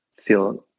feel